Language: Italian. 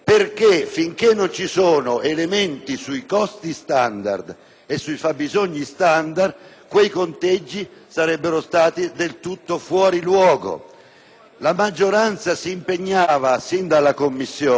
e sui fabbisogni standard, quei conteggi sarebbero stati del tutto fuori luogo. La maggioranza si è impegnata, sin dall'esame in Commissione, a chiedere al Governo entro il primo anno,